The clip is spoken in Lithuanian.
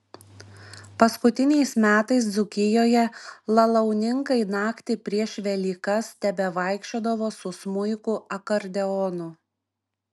paskutiniais metais dzūkijoje lalauninkai naktį prieš velykas tebevaikščiodavo su smuiku akordeonu